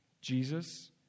Jesus